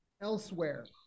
elsewhere